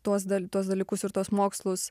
tuos dar tuos dalykus ir tuos mokslus